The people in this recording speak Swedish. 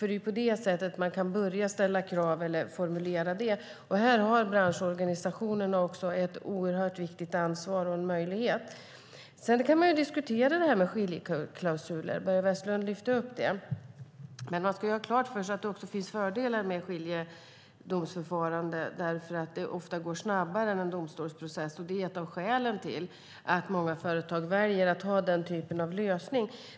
Det är på det sättet man kan börja ställa krav eller formulera dem. Här har branschorganisationerna ett oerhört viktigt ansvar och en möjlighet. Sedan kan man diskutera detta med skiljeklausuler, som Börje Vestlund lyfte upp. Man ska ha klart för sig att det finns fördelar med skiljedomsförfarande, för det går ofta snabbare än en domstolsprocess. Det är ett av skälen till att många företag väljer den typen av lösning.